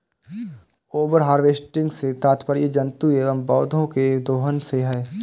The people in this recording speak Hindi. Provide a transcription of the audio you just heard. ओवर हार्वेस्टिंग से तात्पर्य जंतुओं एंव पौधौं के दोहन से है